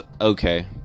okay